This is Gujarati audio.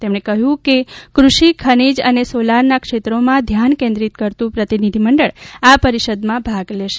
તેમણે કહ્યું કે ફૃષિ ખનીજ અને સોલારના ક્ષેત્રોમાં ધ્યાન કેન્દ્રિત કરતું પ્રતિનિધિમંડળ આ પરિષદમાં ભાગ લેશે